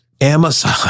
Amazon